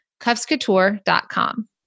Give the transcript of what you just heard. cuffscouture.com